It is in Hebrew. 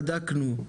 בדקנו,